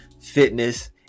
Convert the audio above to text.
Fitness